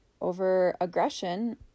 over-aggression